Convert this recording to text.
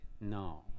No